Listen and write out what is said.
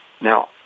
Now